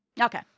Okay